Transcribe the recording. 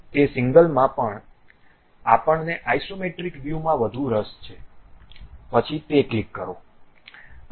તે સિંગલમાં પણ આપણને આઇસોમેટ્રિક વ્યૂમાં વધુ રસ છે પછી તે ક્લિક કરો